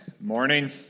Morning